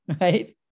right